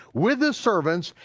with his servants,